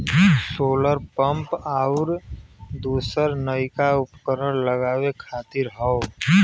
solar pump आउर दूसर नइका उपकरण लगावे खातिर हौ